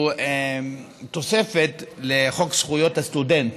הוא תוספת לחוק זכויות הסטודנט.